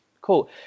Cool